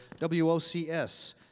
WOCS